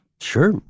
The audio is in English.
Sure